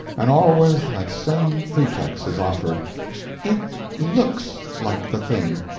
and always that same pretext is offered it looks like the thing.